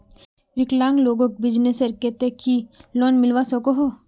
विकलांग लोगोक बिजनेसर केते की लोन मिलवा सकोहो?